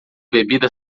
bebida